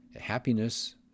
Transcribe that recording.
Happiness